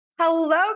Hello